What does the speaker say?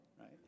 right